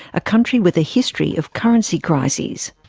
a country with a history of currency crises.